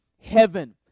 heaven